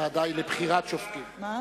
הוועדה היא לבחירת שופטים, גברתי.